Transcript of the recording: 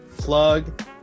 Plug